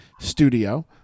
studio